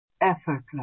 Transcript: effortless